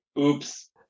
oops